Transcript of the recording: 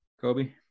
Kobe